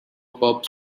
pub